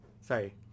Sorry